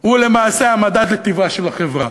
היא למעשה המדד לטיבה של החברה.